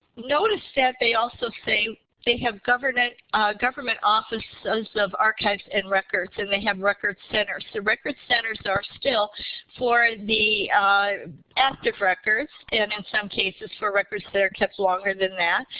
notice that they also say they have government government offices of archives and records, and they have record centers. so record centers are still for the active records. and in some cases for records that are kept longer than that.